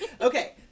Okay